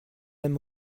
mme